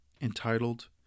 entitled